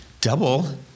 Double